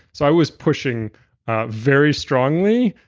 so i was pushing very strongly,